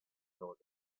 told